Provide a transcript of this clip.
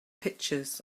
pictures